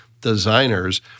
designers